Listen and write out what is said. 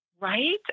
Right